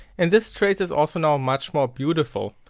and this trace is also now much more beautiful,